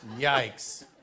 Yikes